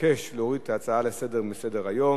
מבקש להוריד את ההצעה לסדר מסדר-היום.